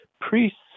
priest's